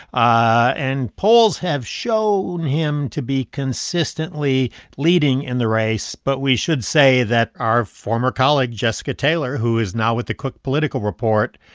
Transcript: ah and polls have shown him to be consistently leading in the race. but we should say that our former colleague jessica taylor, who is now with the cook political report,